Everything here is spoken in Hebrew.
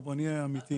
בואו נהיה אמיתיים.